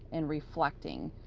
and reflecting.